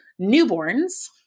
newborns